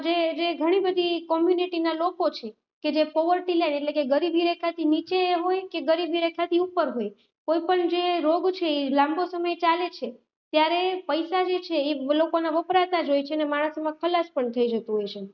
જે જે ઘણી બધી કોમ્યુનિટીના લોકો છે કે જે પોવર્ટી લાઈન એટલે કે ગરીબી રેખાથી નીચે હોય કે ગરીબી રેખાથી ઉપર હોય કોઈપણ જે રોગ છે એ લાંબો સમય ચાલે છે ત્યારે પૈસા જે છે એ લોકોના વપરાતા જ હોય છે અને માણસએમાં ખલાસ પણ થઈ જતો હોય છે